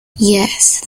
yes